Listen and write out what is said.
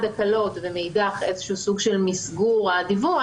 הקלות ומאידך איזשהו סוג של מסגור הדיווח.